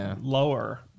lower